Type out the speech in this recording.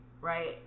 Right